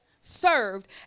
served